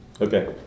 Okay